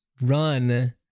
run